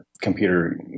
computer